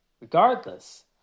Regardless